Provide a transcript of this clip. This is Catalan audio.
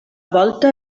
volta